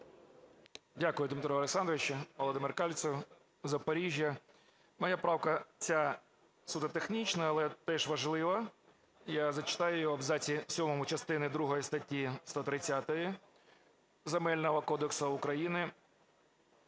Дякую, Дмитро Олександрович. Володимир Кальцев, Запоріжжя. Моя правка ця суто технічна, але теж важлива. Я зачитаю її: "В абзаці сьомому частини другої статті 130 Земельного кодексу України